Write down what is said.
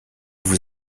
vous